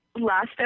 last